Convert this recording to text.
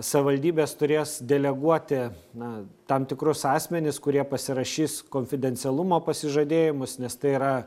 savivaldybės turės deleguoti na tam tikrus asmenis kurie pasirašys konfidencialumo pasižadėjimus nes tai yra